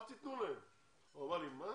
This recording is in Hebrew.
אל תיתנו להם, הוא אמר לי: מה?